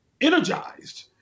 energized